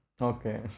Okay